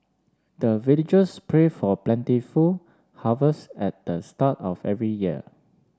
the villagers pray for plentiful harvest at the start of every year